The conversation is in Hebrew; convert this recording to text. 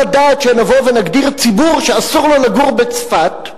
הדעת שנבוא ונגדיר ציבור שאסור לו לגור בצפת.